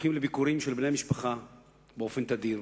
זוכים לביקורים של בני משפחה באופן תדיר,